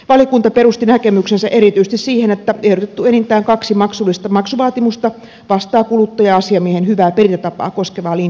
valiokunta perusti näkemyksensä erityisesti siihen että ehdotetut enintään kaksi maksullista maksuvaatimusta vastaavat hyvää perintätapaa koskevaa kuluttaja asiamiehen linjausta